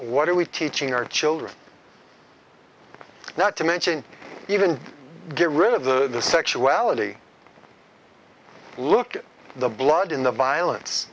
what are we teaching our children not to mention even get rid of the sexuality look at the blood in the violence